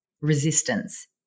resistance